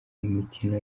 mikino